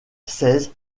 seize